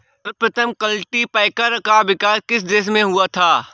सर्वप्रथम कल्टीपैकर का विकास किस देश में हुआ था?